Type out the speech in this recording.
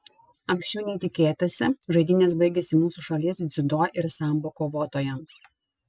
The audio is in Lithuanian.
anksčiau nei tikėtasi žaidynės baigėsi mūsų šalies dziudo ir sambo kovotojams